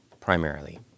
primarily